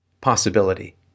possibility